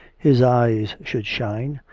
his eyes should shine,